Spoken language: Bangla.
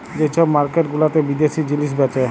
যে ছব মার্কেট গুলাতে বিদ্যাশি জিলিস বেঁচে